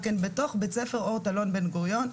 בתוך בית ספר אורט אלון בן גוריון.